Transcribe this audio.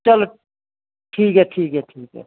चल ठीक ऐ ठीक ऐ